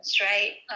right